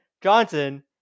Johnson